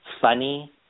funny